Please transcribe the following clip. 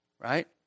right